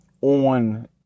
on